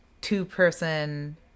two-person